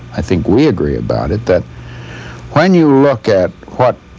i think we agree about it, that when you look at what